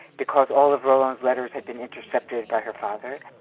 because all of roland's letters had been intercepted by her father,